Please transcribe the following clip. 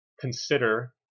consider